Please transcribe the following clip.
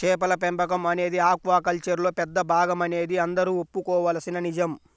చేపల పెంపకం అనేది ఆక్వాకల్చర్లో పెద్ద భాగమనేది అందరూ ఒప్పుకోవలసిన నిజం